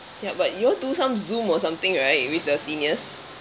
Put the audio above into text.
ya but you all do some Zoom or something right with the seniors